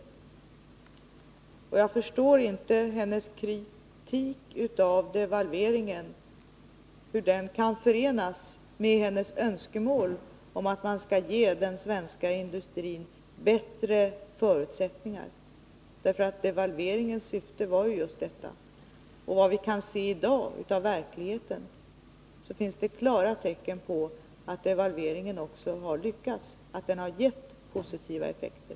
Jag förstår inte hur hennes kritik av devalveringen kan förenas med hennes önskemål om att man skall ge den svenska industrin bättre förutsättningar. Devalveringens syfte var just detta. Efter vad vi kan se i dag av verkligheten finns det klara tecken på att devalveringen också har lyckats, den har gett positiva effekter.